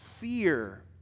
fear